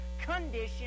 condition